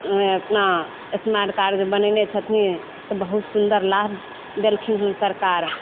हँ एतना smart card जे बनेने छथिन तऽ बहुत सुन्दर लाभ देलखिन हन सरकार